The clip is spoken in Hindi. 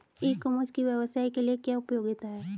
ई कॉमर्स की व्यवसाय के लिए क्या उपयोगिता है?